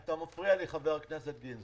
אתה מפריע לי, חבר הכנסת גינזבורג.